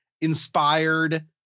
inspired